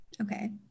Okay